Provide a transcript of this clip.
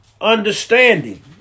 understanding